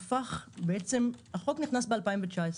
החוק נכנס לתוקף ב-2019.